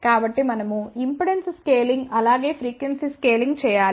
కాబట్టి మనము impedance scaling అలాగే ఫ్రీక్వెన్సీ స్కేలింగ్ చేయాలి